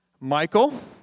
Michael